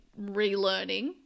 relearning